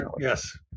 yes